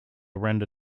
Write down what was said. render